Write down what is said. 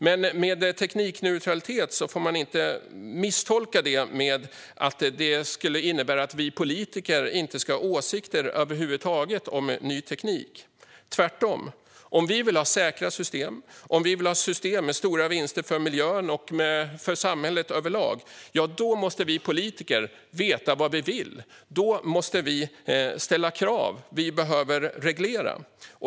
Men när det gäller teknikneutralitet får det inte misstolkas som att det skulle innebära att vi politiker inte ska ha åsikter över huvud taget om ny teknik. Det är tvärtom. Om vi vill ha säkra system och system med stora vinster för miljön och för samhället överlag måste vi politiker veta vad vi vill. Då måste vi ställa krav. Vi behöver reglera.